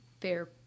fair